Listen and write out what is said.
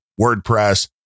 WordPress